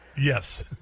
Yes